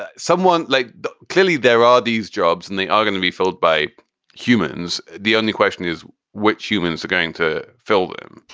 someone like that. clearly, there are these jobs and they are going to be filled by humans. the only question is which humans are going to fill them?